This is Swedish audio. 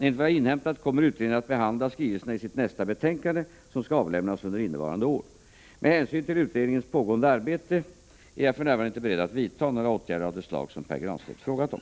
Enligt vad jag inhämtat kommer utredningen att behandla skrivelserna i sitt nästa betänkande, som skall avlämnas under innevarande år. Med hänsyn till utredningens pågående arbete härmed är jag för närvarande inte beredd att vidta några åtgärder av det slag som Pär Granstedt frågat om.